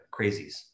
crazies